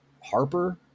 Harper